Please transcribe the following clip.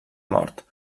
mort